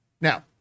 Now